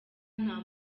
nta